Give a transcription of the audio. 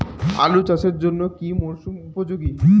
আলু চাষের জন্য কি মরসুম উপযোগী?